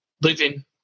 living